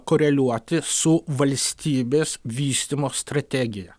koreliuoti su valstybės vystymo strategija